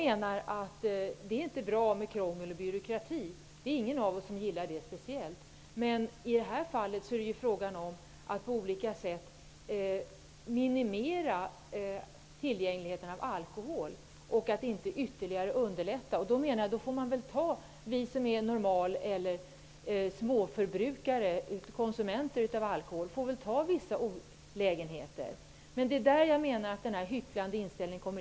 Det är visserligen inte bra med krångel och byråkrati -- ingen gillar det speciellt mycket. Men i det här fallet är de fråga om att på olika sätt minimera tillgängligheten av alkohol genom att inte ytterligare underlätta införseln. Vi som är småförbrukare av alkohol får då ta vissa olägenheter. Men här kommer regeringenspartiernas hycklande inställning in.